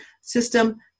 system